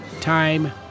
Time